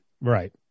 Right